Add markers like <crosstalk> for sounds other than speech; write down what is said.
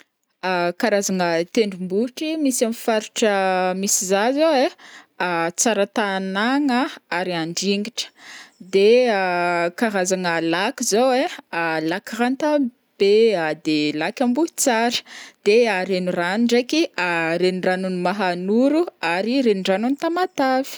<hesitation> karazagna tendrombohitry misy amin'ny faritra misy zah zao ai: ah Tsaratanagna ary Andringitra, de <hesitation> karazagna lac zao ai: <hesitation> lac Rantabe a, de lac Ambohitsara, de <hesitation> renirano ndraiky i <hesitation> reniranon'ny Mahanoro ary reniranon'ny Tamatave.